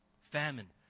Famine